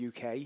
UK